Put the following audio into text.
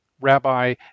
rabbi